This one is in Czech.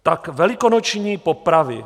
Tak velikonoční popravy.